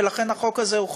ולכן החוק הזה הוא חשוב,